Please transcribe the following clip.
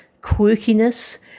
quirkiness